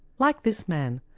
like this man,